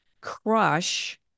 crush